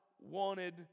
wanted